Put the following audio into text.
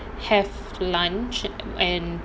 have lunch and